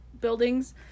buildings